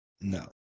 No